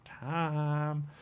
time